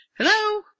Hello